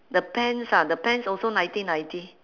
the pants ah the pants also nineteen ninety